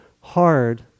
Hard